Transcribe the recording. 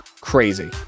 Crazy